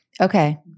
Okay